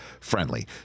friendly